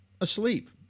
asleep